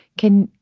can.